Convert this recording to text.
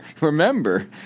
remember